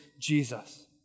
Jesus